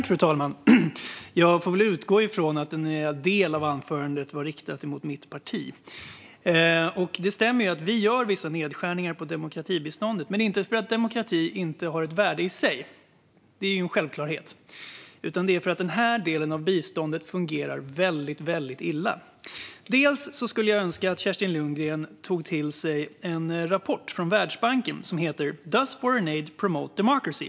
Fru talman! Jag får väl utgå från att en del av anförandet var riktad mot mitt parti. Det stämmer att vi gör vissa nedskärningar på demokratibiståndet. Men det är inte för att demokrati inte har ett värde i sig - det värdet är ju en självklarhet - utan för att den delen av biståndet fungerar väldigt illa. Jag skulle önska att Kerstin Lundgren tog till sig en rapport från Världsbanken som heter Does Foreign Aid Promote Democracy?